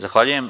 Zahvaljujem.